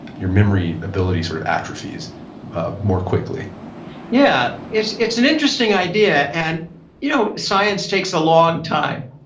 your memory ability sort of atrophies ah more quickly yeah, it's it's an interesting idea. and you know, science takes a long time,